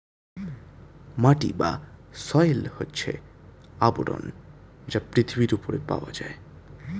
মাটি বা সয়েল হচ্ছে আবরণ যা পৃথিবীর উপরে পাওয়া যায়